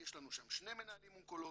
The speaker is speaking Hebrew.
יש לנו שם שני מנהלים אונקולוגיים,